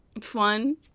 fun